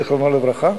זיכרונו לברכה,